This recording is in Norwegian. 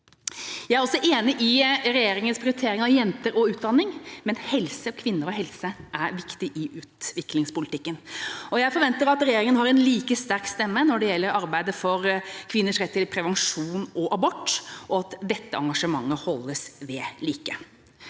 Jeg er også enig i regjeringas prioritering av jenter og utdanning, men kvinner og helse er viktig i utviklingspolitikken. Jeg forventer at regjeringa har en like sterk stemme når det gjelder arbeidet for kvinners rett til prevensjon og abort, og at dette engasjementet holdes ved like.